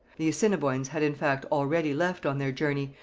the assiniboines had in fact already left on their journey,